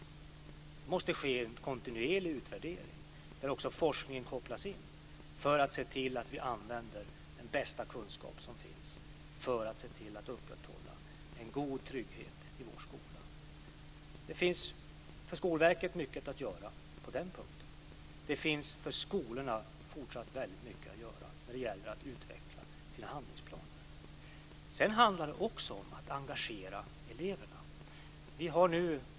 Det måste ske en kontinuerlig utvärdering där också forskningen kopplas in så att den bästa kunskapen som finns används för att se till att upprätthålla en god trygghet i vår skola. Det finns mycket för Skolverket att göra på den punkten. Det finns för skolorna fortsatt mycket att göra när det gäller att utveckla handlingsplaner. Sedan handlar det också om att engagera eleverna.